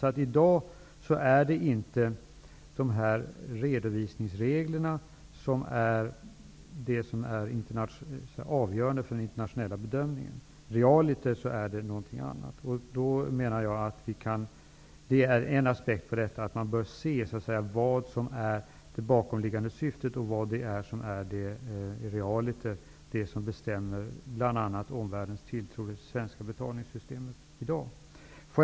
I dag är det därför inte dessa redovisningsregler som är avgörande för den internationella bedömningen. Realiter är det något annat. En aspekt på detta är att man bör se vad som är det bakomliggande syftet och vad det är som realiter bestämmer bl.a. omvärldens tilltro till det svenska betalningssystemet i dag.